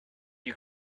you